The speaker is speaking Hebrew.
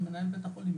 זה מנהל בית החולים,